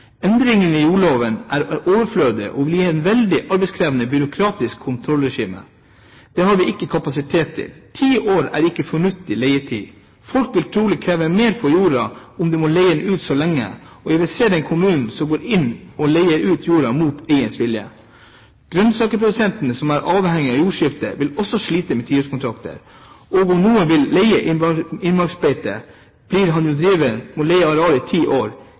i Nationen 3. februar: «Endringene i jordloven er overflødige og vil gi et veldig arbeidskrevende og byråkratisk kontrollregime . Det har vi ikke kapasitet til . 10 år er ikke en fornuftig leietid. Folk vil trolig kreve mer for jorda om de må leie ut så lenge . Og jeg vil se den kommune som går inn og leier ut jorda mot eierens vilje. Grønnsakprodusentene, som er avhengig av jordskifte, vil også slite med 10-årskontrakter . Og om noen vil leie et innmarksbeite, blir han jo driver, og må leie